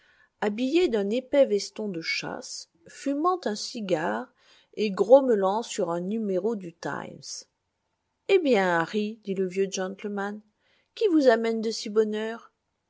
habillé d'un épais veston de chasse fumant un cigare et grommelant sur un numéro du times eh bien harry dit le vieux gentleman qui vous amène de si bonne